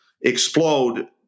explode